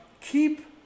keep